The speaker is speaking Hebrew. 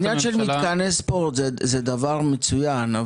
העניין שמתכנס פה זה דבר מצוין,